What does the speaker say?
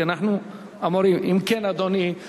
כי אנחנו אמורים להתחיל בטקס.